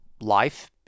life